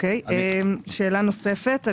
שאלה נוספת.